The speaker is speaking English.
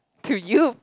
to you